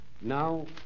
now